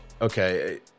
okay